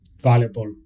valuable